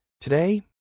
Today